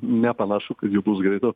nepanašu kad jų bus greitų